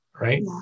Right